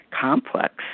complex